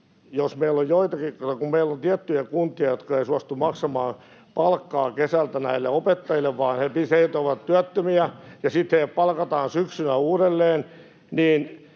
jos meillä on joitakin tiettyjä kuntia, jotka eivät suostu maksamaan palkkaa kesältä näille opettajille, vaan he ovat työttömiä, ja sitten heidät palkataan syksyllä uudelleen, niin